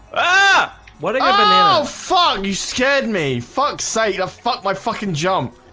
ah whatever no fuck you scared me. fuck say to fuck my fucking jump